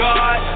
God